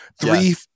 three